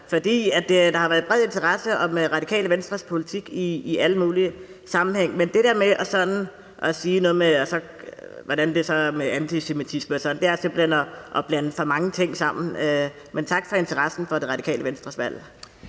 fordi der har været bred interesse for Radikale Venstres politik i alle mulige sammenhænge. Men det der med så at bringe spørgsmålet om antisemitisme ind i det er simpelt hen at blande for mange ting sammen. Men tak for interessen for Radikale Venstres valg.